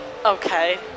Okay